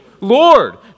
Lord